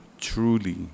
truly